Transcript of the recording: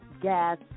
gas